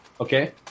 okay